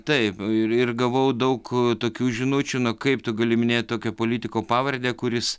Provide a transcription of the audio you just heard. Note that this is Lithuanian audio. taip ir ir gavau daug tokių žinučių nu kaip tu gali minėt tokio politiko pavardę kuris